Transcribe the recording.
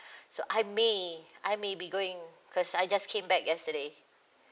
so I may I may be going first I just came back yesterday